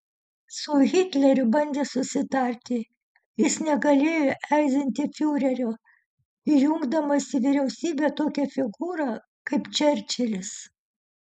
su hitleriu bandė susitarti jis negalėjo erzinti fiurerio įjungdamas į vyriausybę tokią figūrą kaip čerčilis